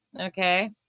Okay